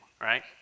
right